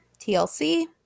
TLC